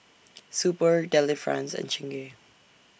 Super Delifrance and Chingay